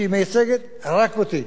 שהיא מייצגת רק אותי.